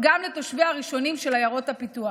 גם לתושביהן הראשונים של עיירות הפיתוח.